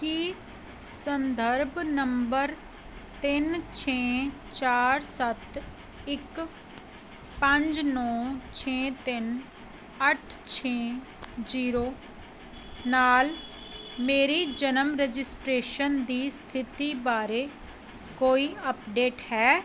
ਕੀ ਸੰਦਰਭ ਨੰਬਰ ਤਿੰਨ ਛੇ ਚਾਰ ਸੱਤ ਇੱਕ ਪੰਜ ਨੌਂ ਛੇ ਤਿੰਨ ਅੱਠ ਛੇ ਜ਼ੀਰੋ ਨਾਲ ਮੇਰੀ ਜਨਮ ਰਜਿਸਟ੍ਰੇਸ਼ਨ ਦੀ ਸਥਿਤੀ ਬਾਰੇ ਕੋਈ ਅਪਡੇਟ ਹੈ